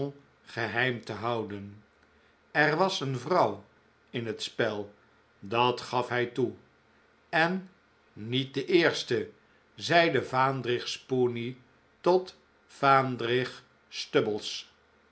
geheim te houden er was een vrouw in het spel dat gaf hij toe en niet de eerste zeide vaandrig spoony tot vaandrig